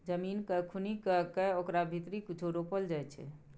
जमीन केँ खुनि कए कय ओकरा भीतरी कुछो रोपल जाइ छै